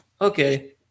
okay